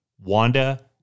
Wanda